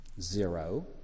Zero